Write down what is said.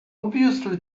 obviously